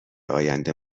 آینده